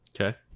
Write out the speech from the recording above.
Okay